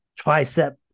tricep